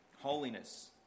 Holiness